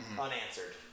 unanswered